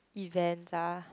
events ah